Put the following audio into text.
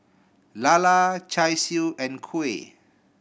lala Char Siu and kuih